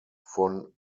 von